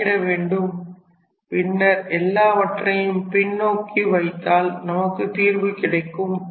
கணக்கிட வேண்டும் பின்னர் எல்லாவற்றையும் பின்நோக்கி வைத்தால் நமக்கு தீர்வு கிடைக்கும்